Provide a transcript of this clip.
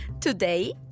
Today